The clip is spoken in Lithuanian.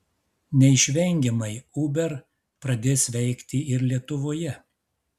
neišvengiamai uber pradės veikti ir lietuvoje